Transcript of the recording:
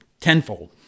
tenfold